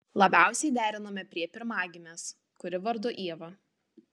labiausiai derinome prie pirmagimės kuri vardu ieva